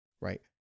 right